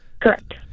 Correct